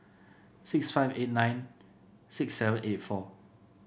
six five eight nine six seven eight four